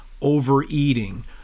overeating